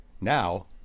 Now